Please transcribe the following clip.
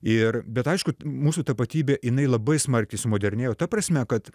ir bet aišku mūsų tapatybė jinai labai smarkiai sumodernėjo ta prasme kad